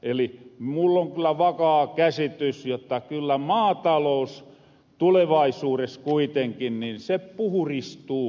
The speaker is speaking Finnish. eli mul on kyllä vakaa käsitys jotta kyllä maatalous tulevaisuures kuitenkin puhuristuu automaattisesti